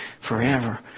forever